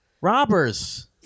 Robbers